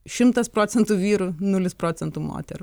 šimtas procentų vyrų nulis procentų moterų